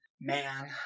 man